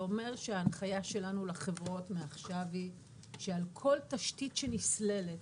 זה אומר שההנחיה שלנו לחברות מעכשיו היא שכל תשתית שנסללת